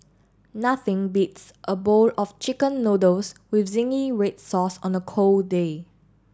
nothing beats a bowl of chicken noodles with zingy red sauce on a cold day